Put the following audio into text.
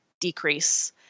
decrease